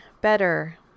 better